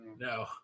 No